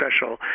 special